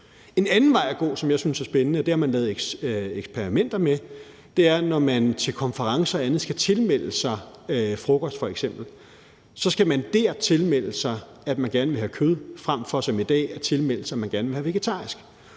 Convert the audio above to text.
En anden vej at gå, som jeg synes er spændende – og det har man lavet eksperimenter med – er, at man, når man til konferencer og andet skal tilmelde sig frokost f.eks., ved tilmeldingen skal oplyse, at man gerne vil have kød, frem for som i dag at oplyse, at man gerne vil have vegetarisk.